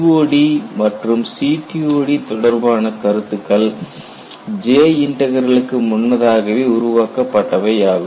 COD மற்றும் CTOD தொடர்பான கருத்துக்கள் J இன்டக்ரல் க்கு முன்னதாகவே உருவாக்கப்பட்டவை ஆகும்